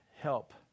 help